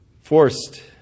Forced